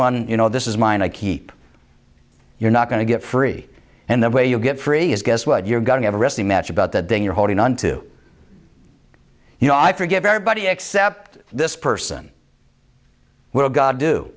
one you know this is mine i keep you're not going to get free and the way you get free is guess what you're going to have a wrestling match about that then you're holding on to you know i forgive everybody except this person will god do